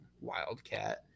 wildcat